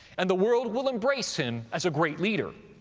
and the world will embrace him as a great leader.